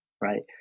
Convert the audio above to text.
Right